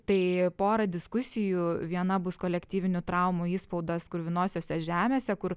tai pora diskusijų viena bus kolektyvinių traumų įspaudas kruvinosiose žemėse kur